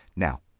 now,